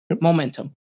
Momentum